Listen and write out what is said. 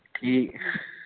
ਠੀਕ